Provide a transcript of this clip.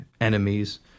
enemies